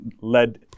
led